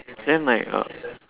then like uh